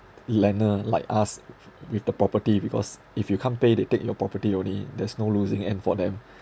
lender like us with the property because if you can't pay they take your property only there's no losing end for them